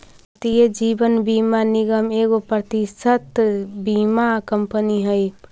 भारतीय जीवन बीमा निगम एगो प्रतिष्ठित बीमा कंपनी हई